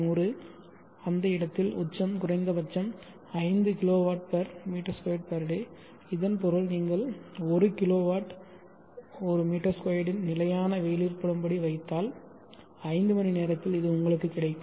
100 அந்த இடத்தில் உச்சம் குறைந்தபட்சம் 5 kWm2day இதன் பொருள் நீங்கள் 1 கிலோவாட் மீ 2 இன் நிலையான வெயிலிற்படும்படி வைத்தால் 5 மணி நேரத்தில் இது உங்களுக்கு கிடைக்கும்